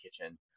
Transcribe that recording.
kitchen